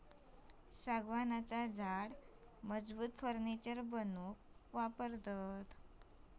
सागवानाचा झाड मजबूत फर्नीचर बनवूक वापरतत